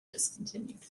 discontinued